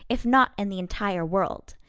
if not in the entire world.